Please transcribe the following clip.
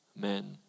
men